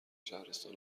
شهرستان